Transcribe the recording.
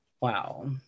wow